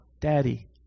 Daddy